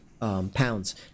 pounds